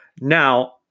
Now